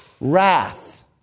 wrath